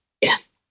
Yes